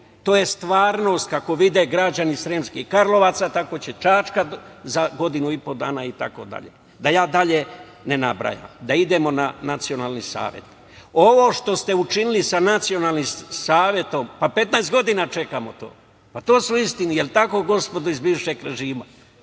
to je stvarnost, kako vide građani Sremskih Karlovaca, takođe Čačka za godinu i po dana itd. Da ne nabrajam dalje. Idemo na Nacionalni savet. Ovo što ste učinili sa Nacionalnim savetom, pa 15 godina čekamo to. Je li tako, gospodo iz bivšeg režima?